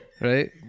right